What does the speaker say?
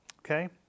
Okay